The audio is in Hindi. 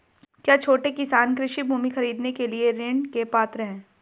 क्या छोटे किसान कृषि भूमि खरीदने के लिए ऋण के पात्र हैं?